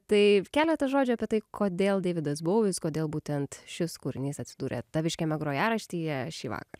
tai keletą žodžių apie tai kodėl deividas bouvis kodėl būtent šis kūrinys atsidūrė taviškiame grojaraštyje šįvakar